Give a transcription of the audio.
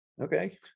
Okay